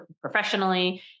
professionally